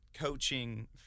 Coaching